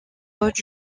haute